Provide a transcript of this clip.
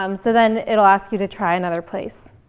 um so then it'll ask you to try another place.